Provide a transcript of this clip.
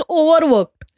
overworked